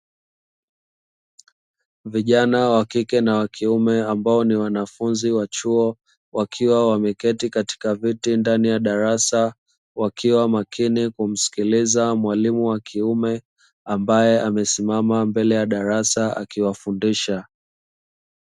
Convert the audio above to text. Vijana wa kike na wa kiume ambao ni wanafunzi wa chuo, wakiwa wameketi katika kiti ndani ya darasa. Wakiwa makini kumsikiliza mwalimu wa kiume, ambaye amesimama mbele ya darasa akiwafundisha.